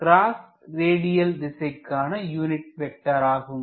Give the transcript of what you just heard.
cross ரேடியல்திசைக்கான unit vector ஆகும்